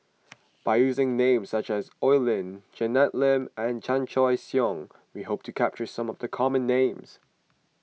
by using names such as Oi Lin Janet Lim and Chan Choy Siong we hope to capture some of the common names